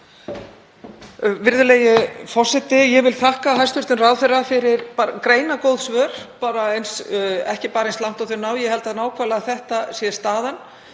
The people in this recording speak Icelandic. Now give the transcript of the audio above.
Virðulegi forseti. Ég vil þakka hæstv. ráðherra fyrir greinargóð svör og ekki bara eins langt og þau ná. Ég held að nákvæmlega þetta sé staðan